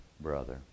brother